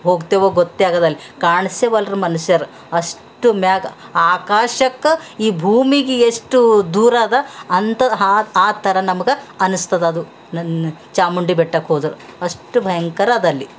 ಹೋಗ್ತೇವೋ ಗೋತ್ತೇ ಆಗದಲ್ಲಿ ಕಾಣಿಸೇವಲ್ರಿ ಮನುಷ್ಯರು ಅಷ್ಟು ಮ್ಯಾಗ ಆಕಾಶಕ್ಕೆ ಈ ಭೂಮಿಗೆ ಎಷ್ಟು ದೂರದ ಅಂತದ್ದು ಆ ಆ ಥರ ನಮ್ಗೆ ಅನ್ನಿಸ್ತದ ಅದು ನನ್ನ ಚಾಮುಂಡಿ ಬೆಟ್ಟಕ್ಕೆ ಹೋದ್ರೆ ಅಷ್ಟು ಭಯಂಕರದಲ್ಲಿ